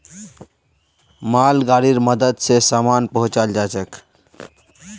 मालगाड़ीर मदद स सामान पहुचाल जाछेक